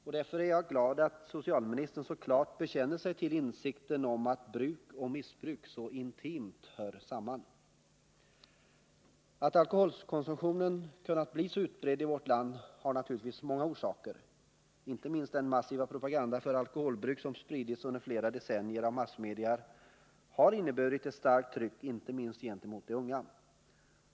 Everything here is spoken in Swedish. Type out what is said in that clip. Jag är glad att socialministern så klart bekänner sig till insikten om att bruk och missbruk intimt hör samman. Att alkoholkonsumtionen kunnat bli så utbredd i vårt land har naturligtvis många orsaker. Inte minst den massiva propaganda för alkoholbruk som spritts under flera decennier av massmedia och andra har inneburit ett starkt tryck inte minst gentemot de unga.